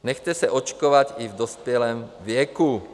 Nechte se očkovat i v dospělém věku.